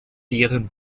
deren